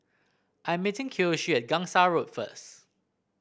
I'm meeting Kiyoshi at Gangsa Road first